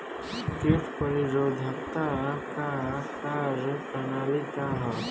कीट प्रतिरोधकता क कार्य प्रणाली का ह?